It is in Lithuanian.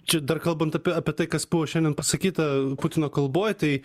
čia dar kalbant apie apie tai kas buvo šiandien pasakyta putino kalboj tai